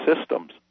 systems